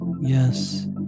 yes